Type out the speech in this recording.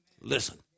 Listen